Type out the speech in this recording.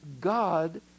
God